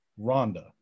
Rhonda